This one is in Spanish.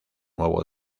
nuevo